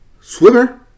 Swimmer